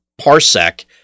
parsec